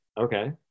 Okay